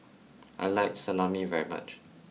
I like Salami very much